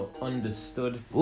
understood